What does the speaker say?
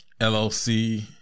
LLC